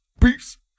Peace